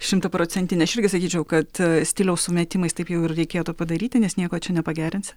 šimtaprocentinė aš irgi sakyčiau kad stiliaus sumetimais taip jau ir reikėtų padaryti nes nieko čia nepagerinsi